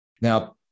Now